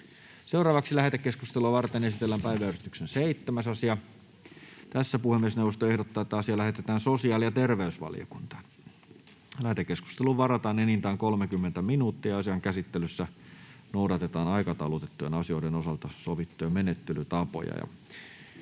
Content: Lähetekeskustelua varten esitellään päiväjärjestyksen 7. asia. Puhemiesneuvosto ehdottaa, että asia lähetetään sosiaali- ja terveysvaliokuntaan. Lähetekeskusteluun varataan enintään 30 minuuttia. Asian käsittelyssä noudatetaan aikataulutettujen asioiden osalta sovittuja menettelytapoja.